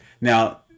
Now